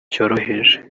cyoroheje